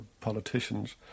politicians